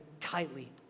tightly